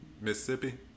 Mississippi